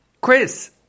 Chris